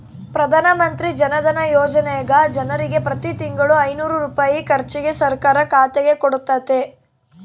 ಪ್ರಧಾನಮಂತ್ರಿ ಜನಧನ ಯೋಜನೆಗ ಜನರಿಗೆ ಪ್ರತಿ ತಿಂಗಳು ಐನೂರು ರೂಪಾಯಿ ಖರ್ಚಿಗೆ ಸರ್ಕಾರ ಖಾತೆಗೆ ಕೊಡುತ್ತತೆ